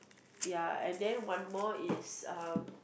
ya and then one more is uh